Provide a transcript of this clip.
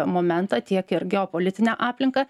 momentą tiek ir geopolitinę aplinką